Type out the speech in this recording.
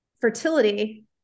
fertility